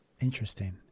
Interesting